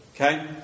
Okay